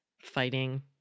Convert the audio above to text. fighting